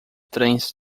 trens